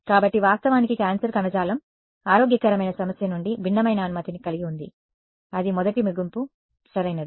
కాబట్టి వాస్తవానికి క్యాన్సర్ కణజాలం ఆరోగ్యకరమైన సమస్య నుండి భిన్నమైన అనుమతిని కలిగి ఉంది అది మొదటి ముగింపు సరైనది